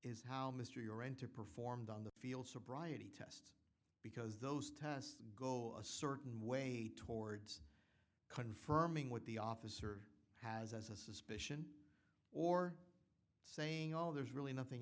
is how mr you're into performed on the field sobriety test because those tests go a certain way towards confirming what the officer has as a suspicion or saying oh there's really nothing